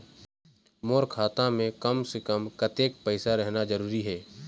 मोर खाता मे कम से से कम कतेक पैसा रहना जरूरी हे?